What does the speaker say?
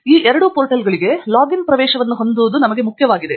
ಈ ಎರಡೂ ಪೋರ್ಟಲ್ಗಳಿಗೆ ಲಾಗಿನ್ ಪ್ರವೇಶವನ್ನು ಹೊಂದಲು ನಮಗೆ ಮುಖ್ಯವಾಗಿದೆ